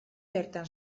bertan